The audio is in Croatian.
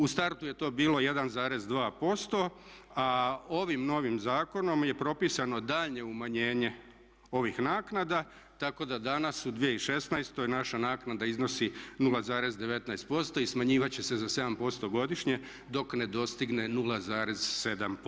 U startu je to bilo 1,2% a ovim novim zakonom je propisano daljnje umanjenje ovih naknada, tako da danas u 2016. naša naknada iznosi 0,19% i smanjivat će se za 7% godišnje dok ne dostigne 0,7%